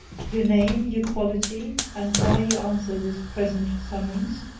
your name, your quality? and why you answer this present summons?